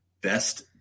best